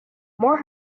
more